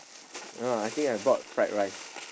no lah I think I bought fried rice